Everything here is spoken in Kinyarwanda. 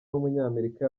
w’umunyamerika